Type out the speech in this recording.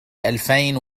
ألفين